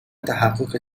تحقق